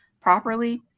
properly